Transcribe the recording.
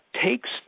takes